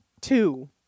two